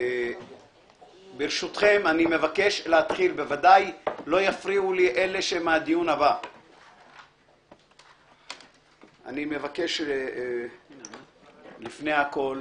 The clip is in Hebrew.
אני מבקש לפני הכול,